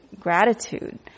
gratitude